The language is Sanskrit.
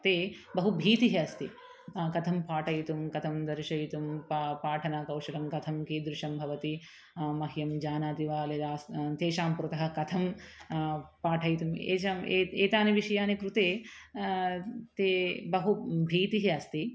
ते बहु भीतः अस्ति कथं पाठयितुं कथं दर्शयितुं पा पाठनकौशलं कथं कीदृशं भवति मह्यं जानाति वा लेदास् तेषां पुरतः कथं पाठयितुं एतान् ए एतानां विषयानां कृते ते बहु भीतः अस्ति